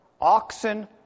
oxen